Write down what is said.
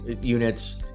units